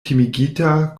timigita